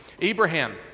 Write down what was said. Abraham